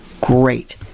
great